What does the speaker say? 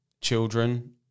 children